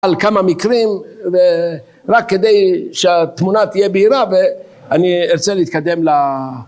על כמה מקרים ורק כדי שהתמונה תהיה בהירה ואני ארצה להתקדם